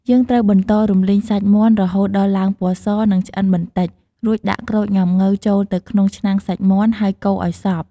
យើងត្រូវបន្តរំលីងសាច់មាន់រហូតដល់ឡើងពណ៌ស និងឆ្អិនបន្តិច រួចដាក់ក្រូចងាំង៉ូវចូលទៅក្នុងឆ្នាំងសាច់មាន់ ហើយកូរឲ្យសព្វ។